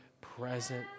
present